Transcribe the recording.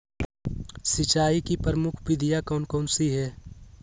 सिंचाई की प्रमुख विधियां कौन कौन सी है?